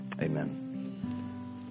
Amen